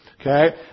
Okay